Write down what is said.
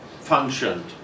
functioned